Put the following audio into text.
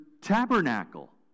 tabernacle